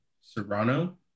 serrano